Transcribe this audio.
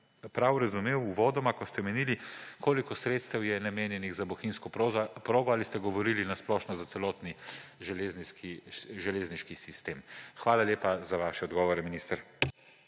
prav razumel uvodoma, ko ste omenili, koliko sredstev je namenjenih za bohinjsko progo: Ali ste govorili na splošno za celoten železniški sistem? Hvala lepa za vaše odgovore, minister.